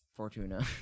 Fortuna